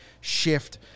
shift